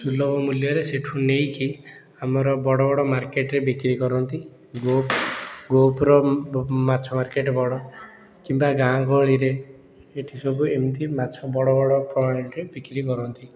ସୁଲଭ ମୂଲ୍ୟରେ ସେଇଠୁ ନେଇକି ଆମର ବଡ଼ବଡ଼ ମାର୍କେଟରେ ବିକ୍ରି କରନ୍ତି ଗୋ ଗୋପର ମାଛ ମାର୍କେଟ୍ ବଡ଼ କିମ୍ବା ଗାଁ ଗହଳିରେ ଏଇଠି ସବୁ ଏମିତି ମାଛ ବଡ଼ବଡ଼ ପ୍ରଣାଳୀରେ ବିକ୍ରି କରନ୍ତି